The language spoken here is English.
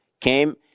came